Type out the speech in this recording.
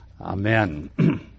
Amen